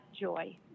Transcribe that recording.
joy